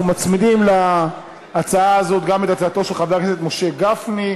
אנחנו מצמידים להצעה הזאת גם את הצעתו של חבר הכנסת משה גפני,